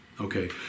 okay